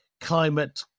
Climate